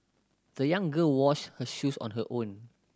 the young girl washed her shoes on her own